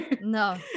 No